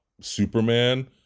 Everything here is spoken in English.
Superman